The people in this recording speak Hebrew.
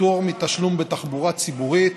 פטור מתשלום בתחבורה ציבורית),